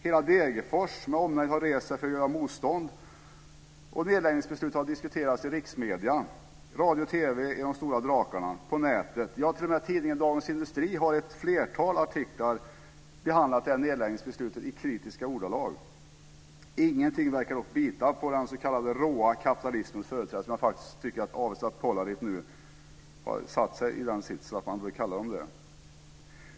Hela Degerfors med omnejd har rest sig för att göra motstånd. Nedläggningsbeslutet har diskuterats i riksmedier, i radio och TV, i de stora drakarna och på nätet. Ja, t.o.m. tidningen Dagens Industri har i ett flertal artiklar behandlat nedläggningsbeslutet i kritiska ordalag. Ingenting verkar dock bita på den s.k. råa kapitalismens företrädare - jag tycker att Avesta Polarit nu har satt sig i en sådan sits att man kan använda de orden.